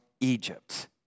Egypt